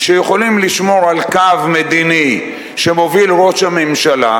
שיכולים לשמור על קו מדיני שמוביל ראש הממשלה,